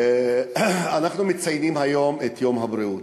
אנחנו מציינים היום את יום הבריאות.